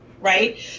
Right